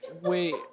Wait